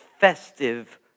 festive